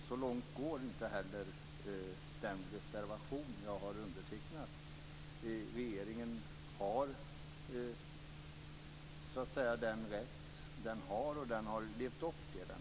Så långt går inte heller den reservation som jag har undertecknat. Regeringen har den rätt den har och den har levt upp till den rätten.